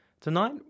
Tonight